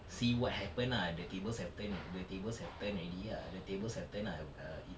see what happened lah the tables have turned the tables have turned already ah the tables have turned lah err it